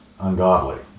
ungodly